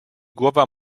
głowa